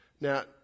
Now